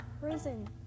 prison